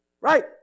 right